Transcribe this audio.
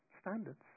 standards